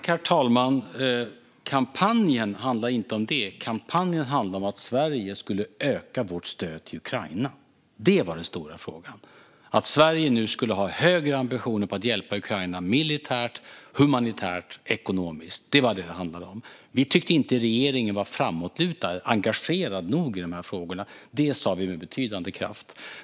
Herr talman! Kampanjen handlade inte om Archer. Kampanjen handlade om att Sverige skulle öka stödet till Ukraina. Det var den stora frågan. Den handlade om att Sverige nu skulle ha högre ambitioner för att hjälpa Ukraina militärt, humanitärt och ekonomiskt. Vi tyckte inte att regeringen var framåtlutad eller engagerad nog i frågorna. Det sa vi med betydande kraft.